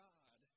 God